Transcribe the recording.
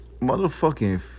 motherfucking